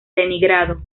leningrado